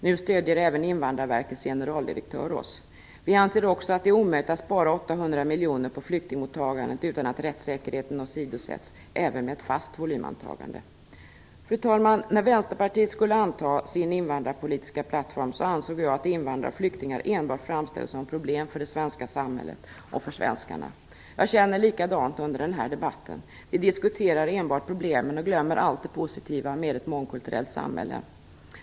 Nu stödjer även Invandrarverkets generaldirektör oss. Vi anser också att det är omöjligt att spara 800 miljoner på flyktingmottagandet utan att rättssäkerheten åsidosätts, även med ett fast volymantagande. Fru talman! När Vänsterpartiet skulle anta sin invandrarpolitiska plattform ansåg jag att invandrare och flyktingar enbart framställs som problem för det svenska samhället och för svenskarna. Jag känner likadant under den här debatten. Vi diskuterar enbart problemen och glömmer allt det positiva med ett mångkulturellt samhälle.